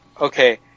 okay